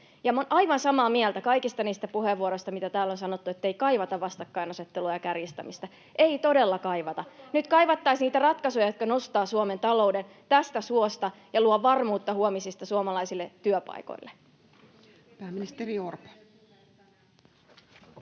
olen aivan samaa mieltä kaikista niistä puheenvuoroista, missä täällä on sanottu, ettei kaivata vastakkainasettelua ja kärjistämistä — ei todella kaivata. [Eveliina Heinäluoma: Katsokaa ministeriaitiota!] Nyt kaivattaisiin niitä ratkaisuja, jotka nostavat Suomen talouden tästä suosta ja luovat varmuutta huomisesta suomalaisille työpaikoille. Pääministeri Orpo.